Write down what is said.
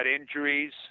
injuries